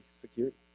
security